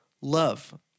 love